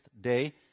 day